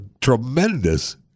tremendous